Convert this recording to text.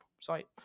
site